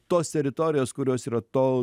tos teritorijos kurios yra to